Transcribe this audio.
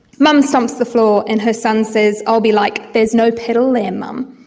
mum stomps the floor and her son says, i'll be, like, there's no pedal there mum.